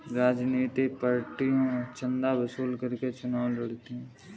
राजनीतिक पार्टियां चंदा वसूल करके चुनाव लड़ती हैं